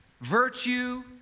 Virtue